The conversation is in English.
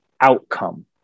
outcome